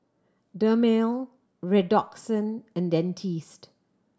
Dermale Redoxon and Dentiste